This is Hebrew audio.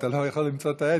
אתה לא יכול למצוא את העט,